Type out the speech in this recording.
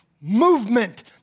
movement